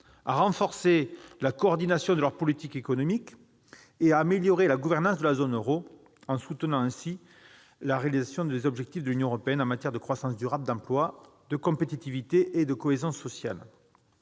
à renforcer la coordination de leurs politiques économiques et à améliorer la gouvernance de la zone euro, en soutenant ainsi la réalisation des objectifs de l'Union européenne en matière de croissance durable, d'emploi, de compétitivité et de cohésion sociale